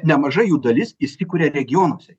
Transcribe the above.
nemaža jų dalis įsikuria regionuose